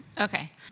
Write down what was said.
Okay